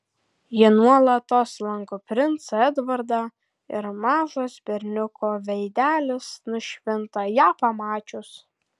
ji nuolatos lanko princą edvardą ir mažas berniuko veidelis nušvinta ją pamačius